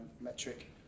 metric